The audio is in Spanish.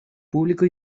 público